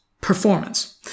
Performance